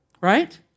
Right